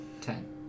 ten